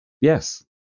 Yes